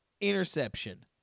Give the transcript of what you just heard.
interception